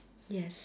yes